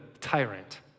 tyrant